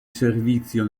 servizio